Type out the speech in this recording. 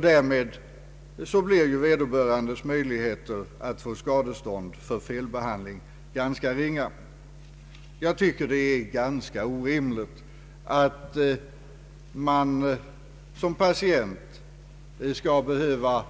Därmed blir ju vederbörandes möjligheter att få skadestånd för felbehandling ganska små. Det är ganska orimligt att man som patient skall behöva